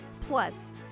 Plus